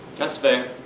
that's fair.